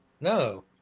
No